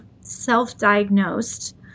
self-diagnosed